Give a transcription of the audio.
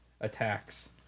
attacks